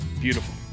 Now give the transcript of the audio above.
Beautiful